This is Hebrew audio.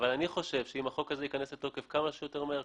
אני חושב שאם החוק הזה ייכנס לתוקף כמה שיותר מהר,